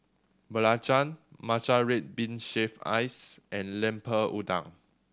belacan matcha red bean shaved ice and Lemper Udang